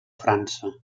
frança